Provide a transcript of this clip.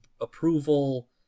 approval